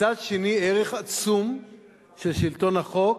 מצד שני, ערך עצום של שלטון החוק,